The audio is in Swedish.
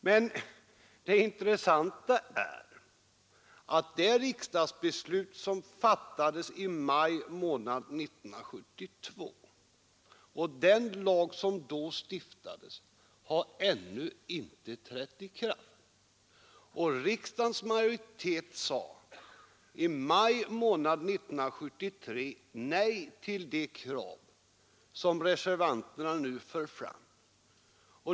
Men det intressanta är att det riksdagsbeslut som fattades i maj 1972 — och den lag som då stiftades — ännu inte har trätt i kraft. Riksdagens majoritet sade i maj 1972 nej till det krav som reservanterna nu för fram.